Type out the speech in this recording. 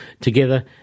together